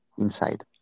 inside